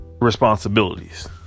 responsibilities